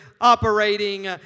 operating